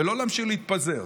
ולא להמשיך להתפזר.